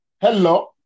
Hello